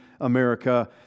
America